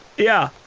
yeah.